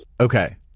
okay